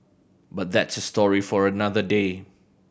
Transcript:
but that's a story for another day